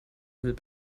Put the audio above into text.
himmel